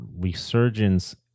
resurgence